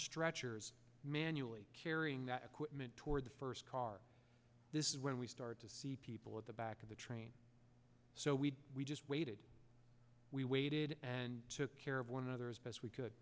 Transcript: stretchers manually carrying that equipment toward the first car this is when we start to see people at the back of the train so we we just waited we waited and took care of one another as best we could